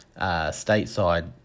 stateside